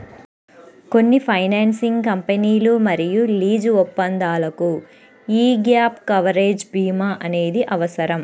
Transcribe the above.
కొన్ని ఫైనాన్సింగ్ కంపెనీలు మరియు లీజు ఒప్పందాలకు యీ గ్యాప్ కవరేజ్ భీమా అనేది అవసరం